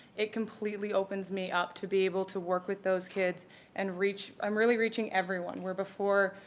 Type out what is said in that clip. it completely opens me up to be able to work with those kids and reach, i'm really reaching everyone, where before,